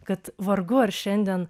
kad vargu ar šiandien